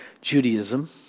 Judaism